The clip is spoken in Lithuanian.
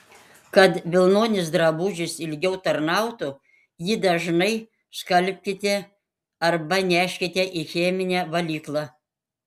kad vilnonis drabužis ilgiau tarnautų jį dažnai skalbkite arba neškite į cheminę valyklą